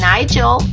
Nigel